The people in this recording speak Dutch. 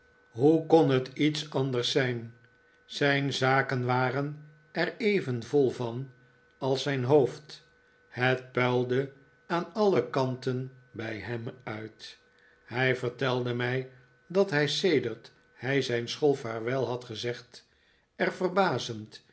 hoe kon het iets anders zijn zijn zakken waren er even vol van als zijn hoofd het puilde aan alle kanten bij hem uit hij vertelde mij dat hij sedert hij zijn school vaarwel had gezegd er verbazend